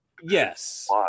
yes